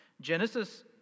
Genesis